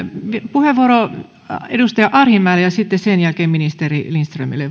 puheenvuoro edustaja arhinmäelle ja sitten sen jälkeen ministeri lindströmille